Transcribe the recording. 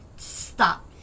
Stop